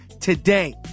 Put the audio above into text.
today